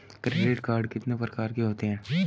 Credit card कितने प्रकार के होते हैं?